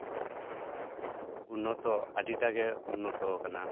ᱩᱱᱱᱚᱛᱚ ᱟᱹᱰᱤᱴᱟᱜᱮ ᱩᱱᱱᱚᱛᱚᱣᱟᱠᱟᱱᱟ